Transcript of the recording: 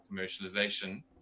commercialization